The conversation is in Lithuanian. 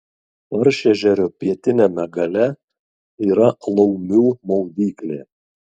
paršežerio pietiniame gale yra laumių maudyklė